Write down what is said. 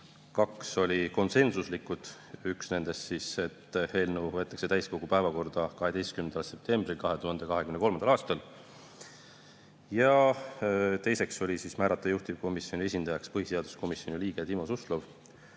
kaks olid konsensuslikud. Üks nendest oli see, et eelnõu võetakse täiskogu päevakorda 12. septembril 2023. aastal. Teiseks [otsustati] määrata juhtivkomisjoni esindajaks põhiseaduskomisjoni liige Timo Suslov.